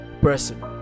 person